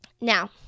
Now